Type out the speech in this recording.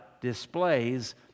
displays